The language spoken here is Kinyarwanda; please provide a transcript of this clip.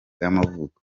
y’amavuko